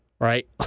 right